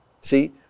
See